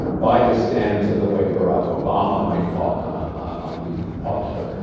by the standards of the way barrack obama might talk on ah on an evening talk show.